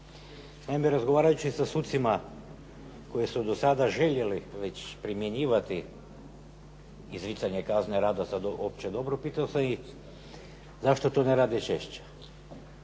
Naime, razgovarajući sa sucima koji su do sada željeli već primjenjivati izricanje kazne rada za opće dobro, pitao sam ih zašto to ne rade češće.